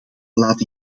laat